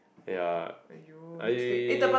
yeah I we